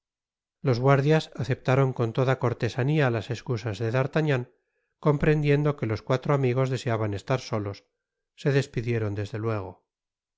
los guardias aceptaron con toda cortesania las escusas de d'artagnan comprendiendo que lbs cuatro amigos deseaban estar solos se despidieron desde luego